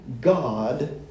God